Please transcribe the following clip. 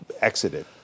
exited